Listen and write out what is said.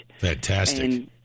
Fantastic